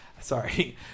sorry